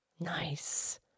Nice